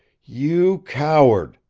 you coward!